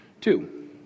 Two